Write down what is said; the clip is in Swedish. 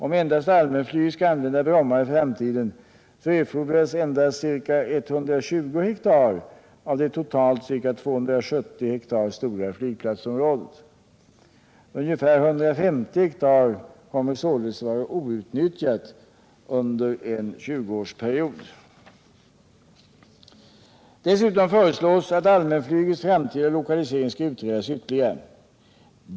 Om endast allmänflyget skall använda Bromma i framtiden så erfordras ca 120 hektar av det totalt ca 270 hektar stora flygplatsområdet. Ungefär 150 hektar kommer således att vara outnyttjade under en 20-årsperiod. Dessutom föreslås att allmänflygets framtida lokalisering skall utredas ytterligare.